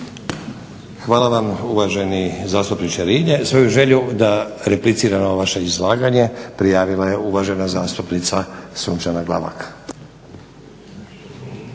Hvala vam uvaženi zastupniče Rilje. Svoju želju da replicira na vaše izlaganje prijavila je uvažena zastupnica Sunčana Glavak.